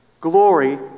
glory